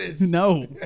No